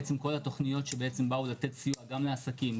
בעצם כל התוכניות שבאו לתת סיוע גם לעסקים,